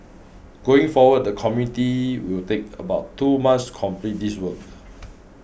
going forward the committee will take about two months complete this work